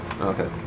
Okay